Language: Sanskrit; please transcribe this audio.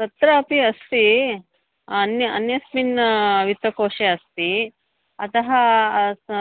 तत्रापि अस्ति अन्यत् अन्यस्मिन् वित्तकोशे अस्ति अतः